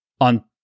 on